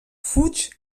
fuig